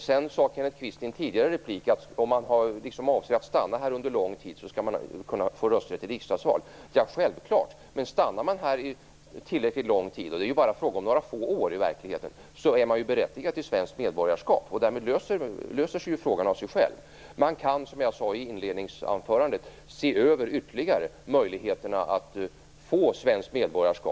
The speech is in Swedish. I en tidigare replik sade Kenneth Kvist att om man avser att stanna här under lång skall man kunna få rösträtt i riksdagsval. Det är självklart, men stannar man här tillräckligt lång tid - och det är ju i verkligheten bara fråga om några få år - är man ju berättigad till svenskt medborgarskap. Därmed löser sig ju frågan av sig själv. Man kan, som jag sade i inledningsanförandet, ytterligare se över möjligheterna att få svenskt medborgarskap.